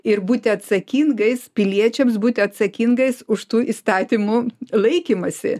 ir būti atsakingais piliečiams būti atsakingais už tų įstatymų laikymąsi